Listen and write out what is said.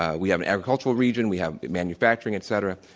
ah we have an agricultural region, we have, manufacturing, etc.